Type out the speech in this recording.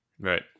Right